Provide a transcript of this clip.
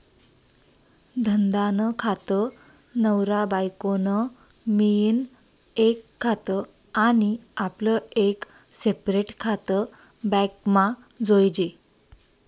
धंदा नं खातं, नवरा बायको नं मियीन एक खातं आनी आपलं एक सेपरेट खातं बॅकमा जोयजे